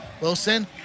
Wilson